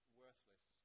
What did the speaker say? worthless